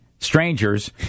strangers